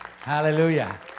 Hallelujah